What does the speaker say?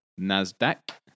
NASDAQ